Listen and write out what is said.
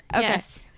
Yes